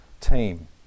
team